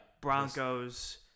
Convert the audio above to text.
Broncos